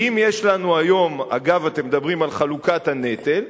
ואם יש לנו היום, אגב, אתם מדברים על חלוקת הנטל.